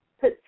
Put